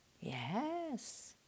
Yes